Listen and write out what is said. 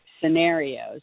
Scenarios